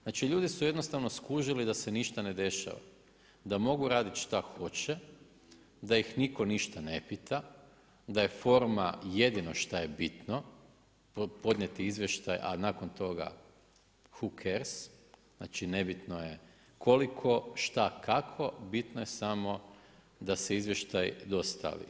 Znači ljudi su jednostavno skužili da se ništa ne dešava, da mogu raditi šta hoće, da ih nitko ništa ne pita, da je forma jedino šta je bitno, podnijeti izvještaj a nakon toga who cares, znači ne bitno je koliko, šta, kako, bitno je da se izvještaj dostavi.